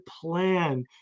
plan